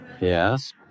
Yes